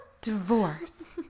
Divorce